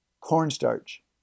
cornstarch